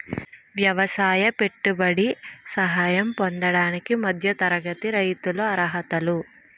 ఎవసాయ పెట్టుబడి సహాయం పొందడానికి మధ్య తరగతి రైతులు అర్హులు